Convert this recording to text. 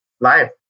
life